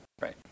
Right